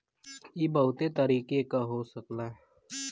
इ बहुते तरीके क हो सकला